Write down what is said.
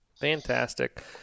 Fantastic